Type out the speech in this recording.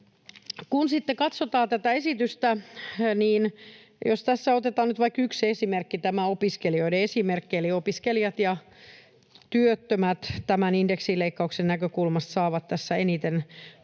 kun sitten katsotaan tätä esitystä, niin jos tässä otetaan nyt vaikka yksi esimerkki, tämä opiskelijoiden esimerkki, eli opiskelijat ja työttömät tämän indeksileikkauksen näkökulmasta saavat tämän eniten